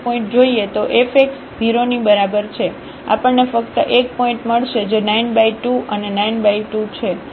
તો fx 0 ની બરાબર છે આપણને ફક્ત 1 પોઈન્ટ મળશે જે 92 અને 92 છે